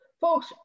Folks